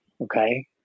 Okay